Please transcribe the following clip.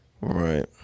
Right